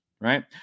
Right